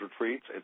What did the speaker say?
retreats